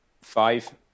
five